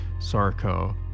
Sarko